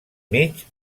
mig